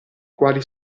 quali